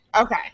Okay